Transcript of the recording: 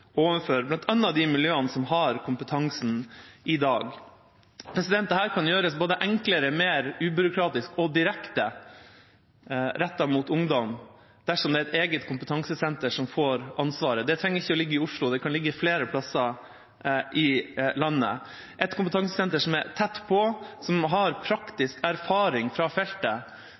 de miljøene som har kompetansen i dag. Dette kan gjøres både enklere, mer ubyråkratisk og direkte rettet mot ungdom dersom et eget kompetansesenter får ansvaret. Det trenger ikke ligge i Oslo, det kan ligge flere plasser i landet – et kompetansesenter som er tett på, som har praktisk erfaring fra feltet,